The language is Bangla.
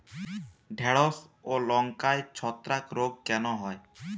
ঢ্যেড়স ও লঙ্কায় ছত্রাক রোগ কেন হয়?